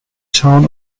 town